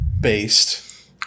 based